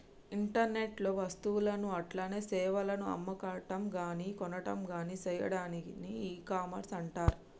internet లో వస్తువులను అట్లనే సేవలను అమ్మటంగాని కొనటంగాని సెయ్యాడాన్ని ఇకామర్స్ అంటర్